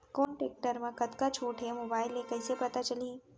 कोन टेकटर म कतका छूट हे, मोबाईल ले कइसे पता चलही?